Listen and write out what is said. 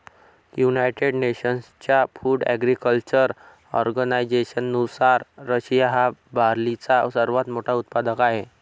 United नेशन्सच्या food agriculture ऑर्गनायझेशननुसार, Russia हा बार्लीचा सर्वात मोठा उत्पादक आहे